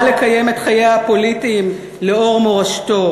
לקיים את חייה הפוליטיים לאור מורשתו.